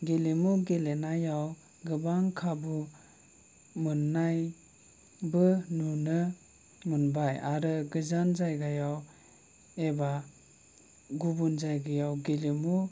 गेलेमु गेलेनायाव गोबां खाबु मोननायबो नुनो मोनबाय आरो गोजान जायगायाव एबा गुबुन जायगायाव गेलेमु